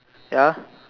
ya